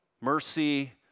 mercy